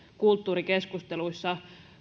kulttuurikeskusteluissa